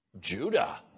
Judah